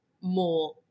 more